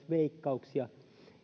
veikkauksia